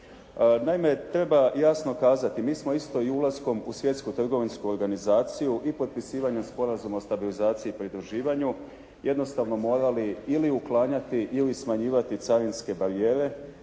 Naime, treba jasno kazati, mi smo isto i ulaskom u Svjetsku trgovinsku organizaciju i potpisivanjem Sporazuma o stabilizaciji i pridruživanju, jednostavno morali ili uklanjati ili smanjivati carinske barijere,